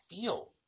feel